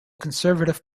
conservative